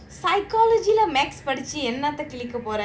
psychology lah maths படிச்சிஎன்னத்தகிழிக்கபோற:padichi ennatha kizhikka pora